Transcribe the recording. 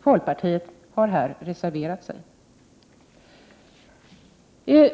Folkpartiet har här reserverat sig.